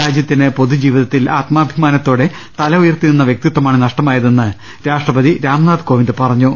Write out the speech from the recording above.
രാജ്യത്തിന് പൊതുജീ വിതത്തിൽ ആത്മാഭിമാനത്തോടെ തല ഉയർത്തി നിന്ന വ്യക്തിത്വമാണ് നഷ്ടമായ തെന്ന് രാഷ്ട്രപതി രാംനാഥ് കോവിന്ദ് പറഞ്ഞു